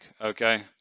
okay